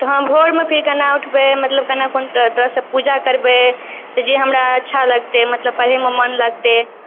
तऽ हम भोरमे फिर केना उठबै मतलब केना कोन तऽ तरहसँ पूजा करबै तऽ जे हमरा अच्छा लगतै मतलब पढ़ैमे मन लगतै